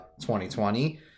2020